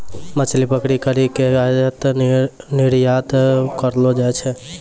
मछली पकड़ी करी के आयात निरयात करलो जाय छै